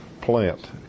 plant